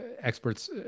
Experts